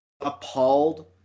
appalled